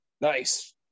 Nice